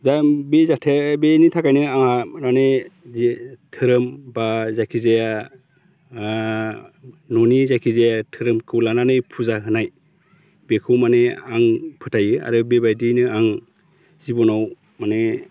दा बे जाथाया बेनि थाखायनो आंहा माने जे धोरोम बा जायखिजाया न'नि जायखिजाया धोरोमखौ लानानै फुजा होनाय बेखौ माने आं फोथायो आरो बेबायदियैनो आं जिबनाव माने